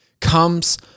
comes